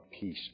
peace